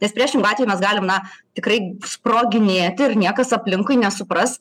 nes priešingu atveju mes galim na tikrai sproginėti ir niekas aplinkui nesupras